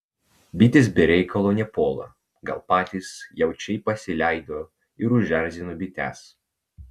bitės be reikalo nepuola gal patys jaučiai pasileido ir užerzino bites